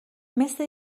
مثل